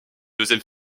deuxième